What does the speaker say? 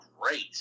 great